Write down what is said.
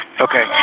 Okay